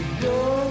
go